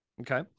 Okay